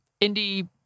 indie